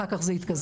אחר כך זה יתקזז,